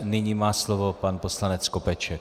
Nyní má slovo pan poslanec Skopeček.